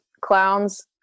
clowns